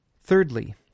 Thirdly